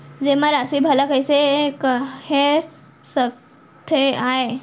जेमा राशि भला कइसे हेर सकते आय?